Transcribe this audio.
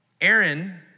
Aaron